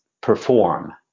perform